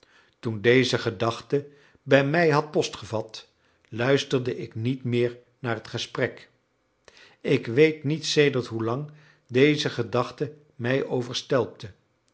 toen deze gedachte bij mij had post gevat luisterde ik niet meer naar het gesprek ik weet niet sedert hoe lang deze gedachte mij overstelpte